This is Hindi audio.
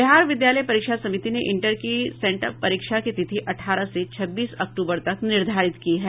बिहार विद्यालय परीक्षा समिति ने इंटर की सेंटअप परीक्षा की तिथि अठारह से छब्बीस अक्टूबर तक निर्धारित की है